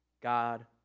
God